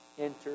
enter